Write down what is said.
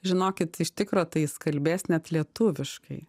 žinokit iš tikro tai jis kalbės net lietuviškai